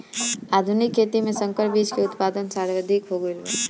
आधुनिक खेती में संकर बीज के उत्पादन सर्वाधिक हो गईल बा